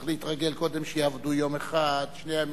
צריך להתרגל קודם שיעבדו יום אחד, שני ימים,